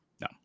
no